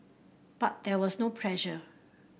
but there was no pressure